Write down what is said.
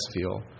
feel